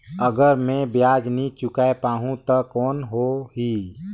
अगर मै ब्याज नी चुकाय पाहुं ता कौन हो ही?